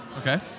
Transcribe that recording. Okay